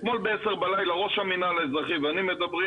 אתמול ב-22:00 ראש המנהל האזרחי ואני מדברים